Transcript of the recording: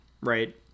right